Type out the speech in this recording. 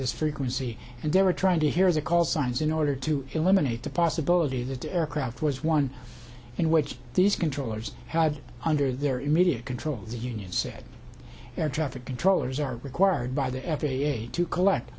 this frequency and they were trying to hear the call signs in order to eliminate the possibility that the aircraft was one in which these controllers had under their immediate control the union said air traffic controllers are required by the f a a to collect